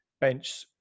bench